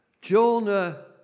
Jonah